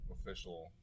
official